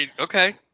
okay